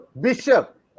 Bishop